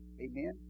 Amen